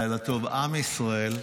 לילה טוב, עם ישראל.